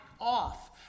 off